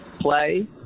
play